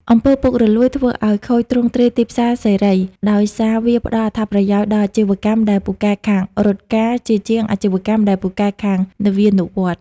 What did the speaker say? អំពើពុករលួយ ធ្វើឱ្យខូចទ្រង់ទ្រាយទីផ្សារសេរី ដោយសារវាផ្ដល់អត្ថប្រយោជន៍ដល់អាជីវកម្មដែលពូកែខាង "រត់ការ" ជាជាងអាជីវកម្មដែលពូកែខាង "នវានុវត្តន៍"។